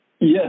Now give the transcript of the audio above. Yes